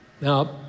now